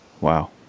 Wow